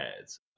ads